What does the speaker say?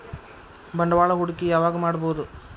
ಬಂಡವಾಳ ಹೂಡಕಿ ಯಾವಾಗ್ ಮಾಡ್ಬಹುದು?